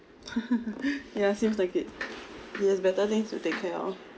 ya seems like it he has better things to take care of